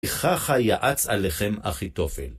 וככה יעץ עליכם אחיתופל.